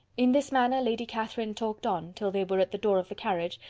in this manner lady catherine talked on, till they were at the door of the carriage,